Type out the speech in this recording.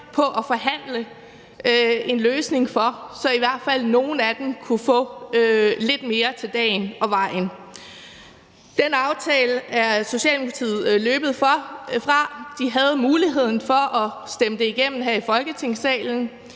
på at forhandle en løsning for, så i hvert fald nogle af dem kunne få lidt mere til dagen og vejen. Den aftale er Socialdemokratiet løbet fra. De havde muligheden for at stemme den igennem her i Folketingssalen.